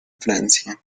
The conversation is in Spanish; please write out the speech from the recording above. francia